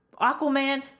Aquaman